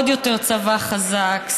עוד יותר צבא חזק,